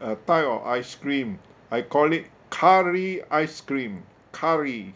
uh type of ice cream I call it curry ice cream curry